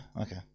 Okay